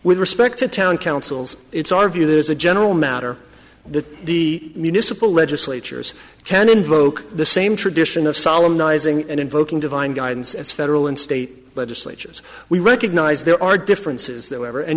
with respect to town councils it's our view that is a general matter that the municipal legislatures can invoke the same tradition of solomon izing and invoking divine guidance as federal and state legislatures we recognize there are differences that whatever and